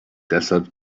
desert